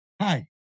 Hi